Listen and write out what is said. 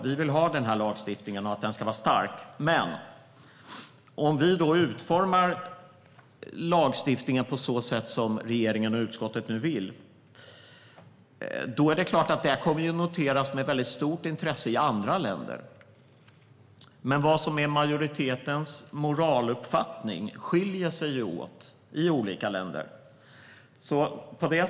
Vi vill ha lagstiftningen och vill att den ska vara stark. Men, om vi utformar lagstiftningen på det sätt som regeringen och utskottet nu vill göra kommer det såklart att noteras med stort intresse i andra länder. Men vad som är majoritetens moraluppfattning skiljer sig åt i olika länder.